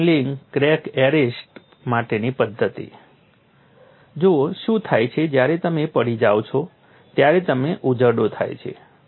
self healing crack arrest માટેની પદ્ધતિ જુઓ શું થાય છે જ્યારે તમે પડી જાઓ છો ત્યારે તમને ઉઝરડો થાય છે